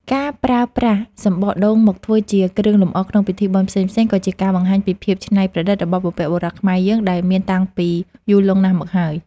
ការប្រើប្រាស់សម្បកដូងមកធ្វើជាគ្រឿងលម្អក្នុងពិធីបុណ្យផ្សេងៗក៏ជាការបង្ហាញពីភាពច្នៃប្រឌិតរបស់បុព្វបុរសខ្មែរយើងដែលមានតាំងពីយូរលង់ណាស់មកហើយ។